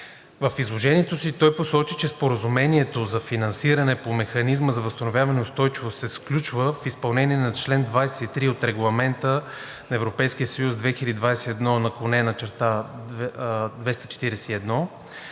В изложението си той посочи, че Споразумението за финансиране по Механизма за възстановяване и устойчивост се сключва в изпълнение на чл. 23 от Регламент на Европейския съюз 2021/241